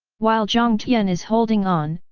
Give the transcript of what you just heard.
while jiang tian is holding on,